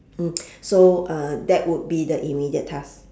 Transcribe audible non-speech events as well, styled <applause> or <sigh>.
mm <noise> so uh that would be the immediate task